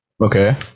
Okay